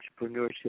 entrepreneurship